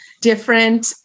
different